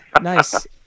Nice